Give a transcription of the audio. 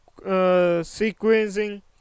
sequencing